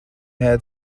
had